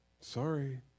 Sorry